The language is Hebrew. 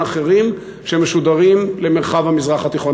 אחרים שמשודרים למרחב המזרח התיכון.